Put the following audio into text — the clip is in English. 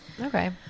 okay